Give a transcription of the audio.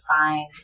find